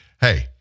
hey